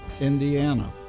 Indiana